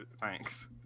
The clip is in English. thanks